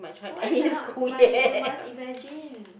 why cannot but you you must imagine